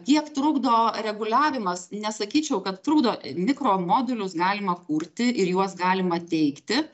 tiek trukdo reguliavimas nesakyčiau kad trukdo mikro modulius galima kurti ir juos galima teikti